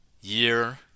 year